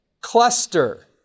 ...cluster